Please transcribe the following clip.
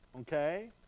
Okay